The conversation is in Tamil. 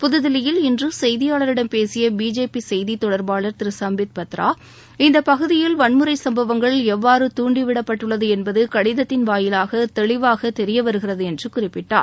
புதுதில்லயில் இன்று செய்தியாளரிடம் பேசிய பிஜேபி செய்தி தொடர்பாளர் திரு சும்பித் பத்ரா இந்த பகுதியில் வன்முறை சும்பவங்கள் எவ்வாறு தூண்டிவிடப்பட்டுள்ளது என்பது கடிதத்தின் வாயிவாக தெளிவாக தெரியவருகிறது என்று குறிப்பிட்டார்